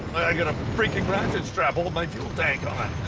i got a freaking ratchet strap holding my fuel tank on.